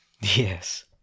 Yes